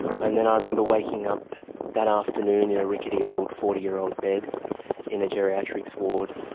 and then i remember waking up that afternoon in a rickety old forty year old bed in a geriatric ward,